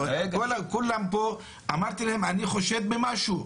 וכולם פה, אמרתי להם אני חושד במשהו.